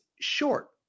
short